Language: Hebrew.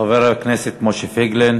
חבר הכנסת משה פייגלין,